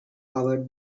covered